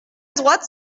droite